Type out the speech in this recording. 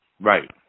Right